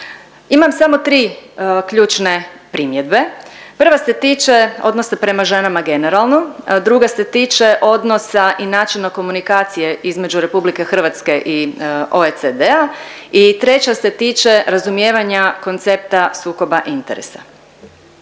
Imam samo tri ključne primjedbe. Prva se tiče odnosa prema ženama generalno, druga se tiče odnosa i načina komunikacije između RH i OECD-a i treća se tiče razumijevanja koncepta sukoba interesa.